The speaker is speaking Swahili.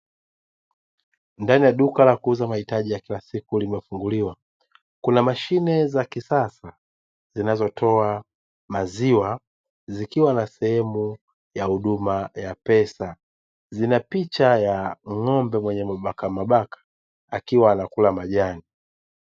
Ndani ya duka la kuuza mahitaji ya kila siku, limefunguliwa kuna mashine za kisasa zinazotoa maziwa zikiwa na sehemu ya huduma ya pesa, zina picha za ng'ombe mwenye mabakamabaka akiwa anakula majani.